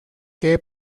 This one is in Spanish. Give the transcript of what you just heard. que